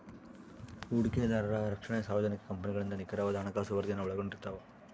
ಹೂಡಿಕೆದಾರರ ರಕ್ಷಣೆ ಸಾರ್ವಜನಿಕ ಕಂಪನಿಗಳಿಂದ ನಿಖರವಾದ ಹಣಕಾಸು ವರದಿಯನ್ನು ಒಳಗೊಂಡಿರ್ತವ